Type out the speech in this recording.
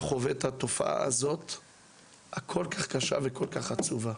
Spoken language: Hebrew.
חווים את התופעה הקשה והעצובה הזאת.